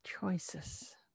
choices